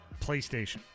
PlayStation